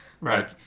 right